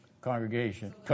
congregation